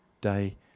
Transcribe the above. day